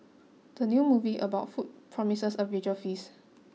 the new movie about food promises a visual feast